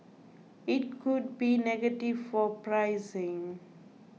it could be negative for pricing